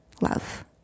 love